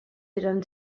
eren